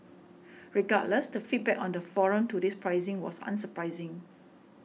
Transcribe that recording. regardless the feedback on the forum to this pricing was unsurprising